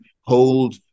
hold